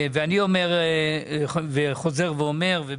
אני חוזר ואומר את מה שאמרתי אתמול,